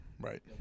Right